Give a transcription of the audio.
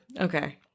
Okay